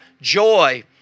joy